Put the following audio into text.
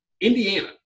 Indiana